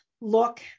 look